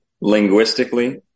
linguistically